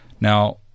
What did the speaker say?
Now